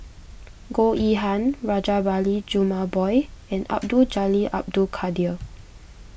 Goh Yihan Rajabali Jumabhoy and Abdul Jalil Abdul Kadir